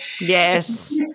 Yes